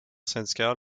syndical